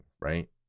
right